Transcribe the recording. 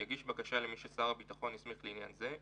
יגיש בקשה למי ששר הביטחון מערכה הסמיך לעניין זה,